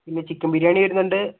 പിന്നെ ചിക്കൻ ബിരിയാണി വരുന്നുണ്ട്